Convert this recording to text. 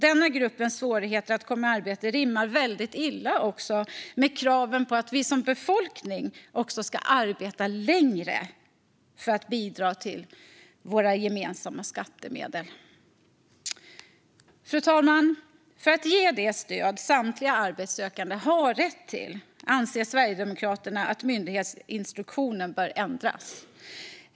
Denna grupps svårigheter att komma i arbete rimmar också väldigt illa med kraven på att vi som befolkning ska arbeta längre för att bidra till våra gemensamma skattemedel. Fru talman! För att samtliga arbetssökande ska få det stöd de har rätt till anser Sverigedemokraterna att myndighetsinstruktionen bör ändras.